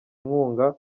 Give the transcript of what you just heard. inkunga